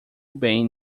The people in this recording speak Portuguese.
bem